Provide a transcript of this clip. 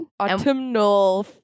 Autumnal